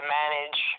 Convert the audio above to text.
manage